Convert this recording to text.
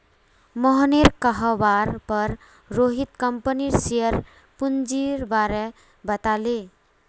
मोहनेर कहवार पर रोहित कंपनीर शेयर पूंजीर बारें बताले